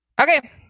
Okay